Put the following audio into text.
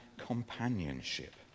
companionship